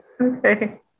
Okay